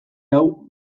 hau